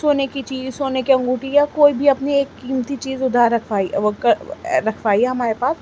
سونے کی چیز سونے کی انگوٹھی یا کوئی بھی اپنی ایک قیمتی چیز ادھار رکھوائیے رکھوائیے ہمارے پاس